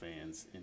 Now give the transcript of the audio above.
fans